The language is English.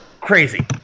Crazy